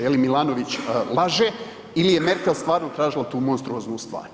Je li Milanović laže ili je Merkel stvarno tražila tu monstruoznu stvar?